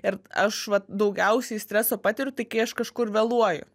ir aš vat daugiausiai streso patiriu tai kai aš kažkur vėluoju